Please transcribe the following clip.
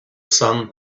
sun